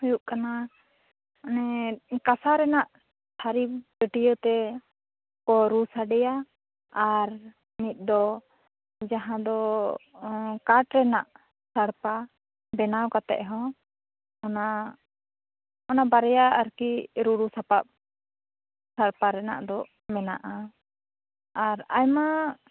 ᱦᱩᱭᱩᱜ ᱠᱟᱱᱟ ᱚᱱᱮ ᱠᱟᱥᱟ ᱨᱮᱱᱟᱜ ᱛᱷᱟᱨᱤ ᱴᱟᱹᱴᱤᱭᱟᱹ ᱛᱮ ᱠᱚ ᱨᱩ ᱥᱟᱰᱮᱭᱟ ᱟᱨ ᱢᱤᱛᱼᱫᱚ ᱡᱟᱦᱟᱸ ᱫᱚ ᱠᱟᱴ ᱨᱮᱱᱟᱜ ᱥᱟᱲᱯᱟ ᱵᱮᱱᱟᱣ ᱠᱟᱛᱮ ᱦᱚᱸ ᱚᱱᱟ ᱚᱱᱟ ᱵᱟᱨᱭᱟ ᱟᱨᱠᱤ ᱨᱩᱨᱩ ᱥᱟᱯᱟᱵᱽ ᱥᱟᱲᱯᱟ ᱨᱮᱱᱟᱜ ᱫᱚ ᱢᱮᱱᱟᱜᱼᱟ ᱟᱨ ᱟᱭᱢᱟ